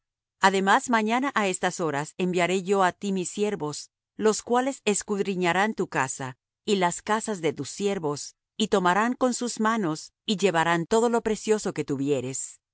además mañana á estas horas enviaré yo á ti mis siervos los cuales escudriñarán tu casa y las casas de tus siervos y tomarán con sus manos y llevarán todo lo precioso que tuvieres